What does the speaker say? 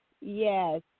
yes